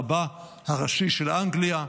רבה הראשי של אנגליה,